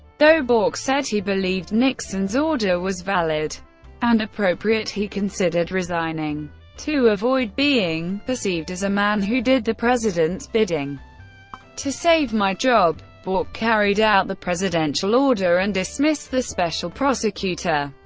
though bork said he believed nixon's order was valid and appropriate, he considered resigning to avoid being perceived as a man who did the president's bidding to save my job. bork carried out the presidential order and dismissed the special prosecutor.